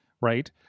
Right